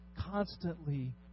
constantly